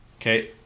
Okay